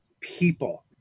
people